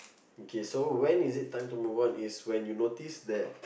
okay so when is it time to move on is when you noticed when